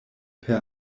per